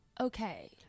okay